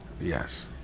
Yes